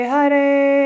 Hare